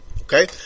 Okay